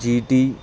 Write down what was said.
GT